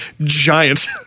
giant